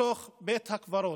בתוך בית הקברות.